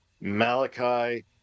malachi